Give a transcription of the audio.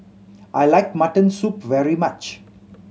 I like mutton soup very much